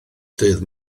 dydd